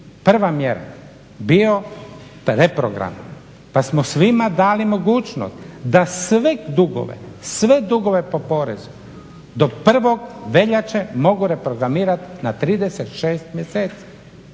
prva mjera bio taj reprogram. Pa smo svima dali mogućnost da sve dugove, sve dugove po porezu do 1. veljače mogu reprogramirati na 36 mjeseci.